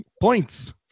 points